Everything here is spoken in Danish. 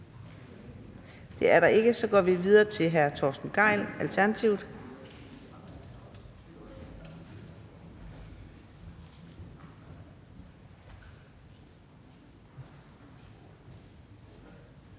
Det er der ikke. Så går vi videre til hr. Torsten Gejl, Alternativet.